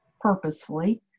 purposefully